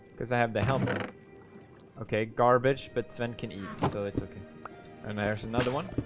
because i have the helper okay garbage, but then can eat so it's okay and there's another one